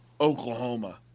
Oklahoma